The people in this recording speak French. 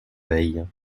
veille